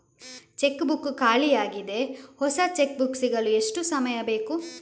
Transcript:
Check book ಖಾಲಿ ಯಾಗಿದೆ, ಹೊಸ ಚೆಕ್ ಬುಕ್ ಸಿಗಲು ಎಷ್ಟು ಸಮಯ ಬೇಕು?